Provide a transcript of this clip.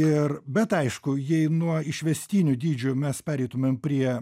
ir bet aišku jei nuo išvestinių dydžių mes pereitumėm prie